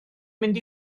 mynd